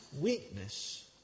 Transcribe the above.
weakness